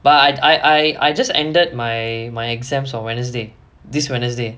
but I I just ended my my exams on wednesday this wednesday